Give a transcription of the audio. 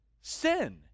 sin